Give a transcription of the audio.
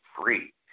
free